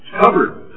covered